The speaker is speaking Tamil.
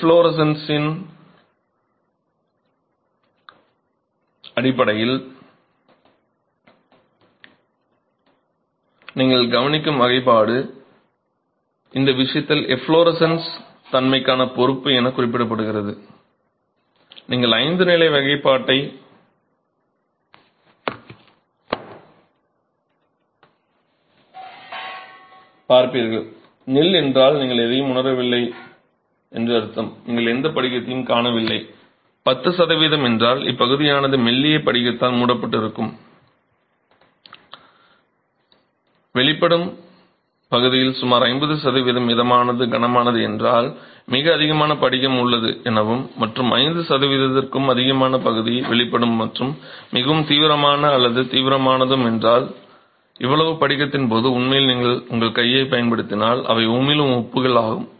எஃப்லோரசன்ஸிமன் அடிப்படையில் நீங்கள் கவனிக்கும் வகைப்பாடு இந்த விஷயத்தில் எஃப்லோரசன்ஸ் தன்மைக்கான பொறுப்பு என குறிப்பிடப்படுகிறது நீங்கள் ஐந்து நிலை வகைப்பாட்டைப் பார்ப்பீர்கள் நில் என்றால் நீங்கள் எதையும் உணரவில்லை நீங்கள் எந்த படிகத்தையும் காணவில்லை 10 சதவீதம் என்றால் இப்பகுதியானது மெல்லிய படிகத்தால் மூடப்பட்டிருக்கும் வெளிப்படும் பகுதியில் சுமார் 50 சதவிகிதம் மிதமானது கனமானது என்றால் மிக அதிகமான படிகம் உள்ளது எனவும் மற்றும் 50 சதவிகிதத்திற்கும் அதிகமான பகுதி வெளிப்படும் மற்றும் மிகவும் தீவிரமான அல்லது தீவிரமானதும் என்றால் இவ்வளவு படிகத்தின் போது உண்மையில் நீங்கள் உங்கள் கையைப் பயன்படுத்தினால் அவை உமிழும் உப்புகள் ஆகும்